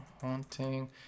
Haunting